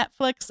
Netflix